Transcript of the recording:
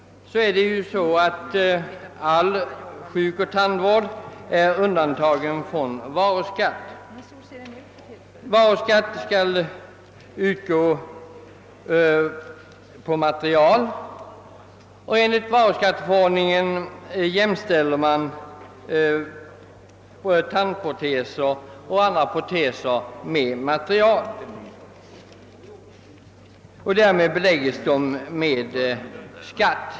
All sjukoch tandvård är undantagen från varuskatt. Sådan skall däremot utgå på material, och enligt varuskatteförordningen jämställes tandproteser och andra proteser med material. Därmed belägges de med skatt.